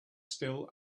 still